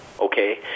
okay